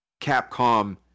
Capcom